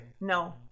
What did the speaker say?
no